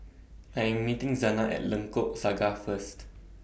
I Am meeting Zana At Lengkok Saga First